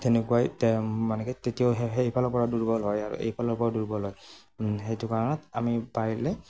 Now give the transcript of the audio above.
তেনেকুৱাই মানে তেতিয়াও সেইফালৰপৰা দুৰ্বল হয় আৰু এইফালৰপৰাও দুৰ্বল হয় সেইটো কাৰণত আমি পাৰিলে